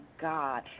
God